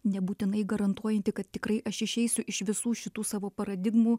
nebūtinai garantuojanti kad tikrai aš išeisiu iš visų šitų savo paradigmų